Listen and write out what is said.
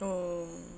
oh